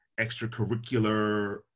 extracurricular